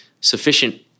sufficient